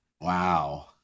Wow